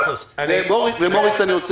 מוריס דורפמן,